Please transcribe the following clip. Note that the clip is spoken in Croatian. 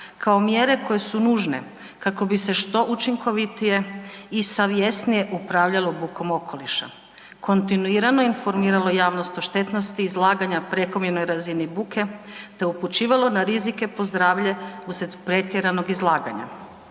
kao mjere koje su nužne kako bi se što učinkovitije i savjesnije upravljalo bukom okoliša, kontinuirano informiralo javnost o štetnosti izlaganja prekomjernoj razini buke te upućivalo na rizike po zdravlje uslijede pretjeranog izlaganja.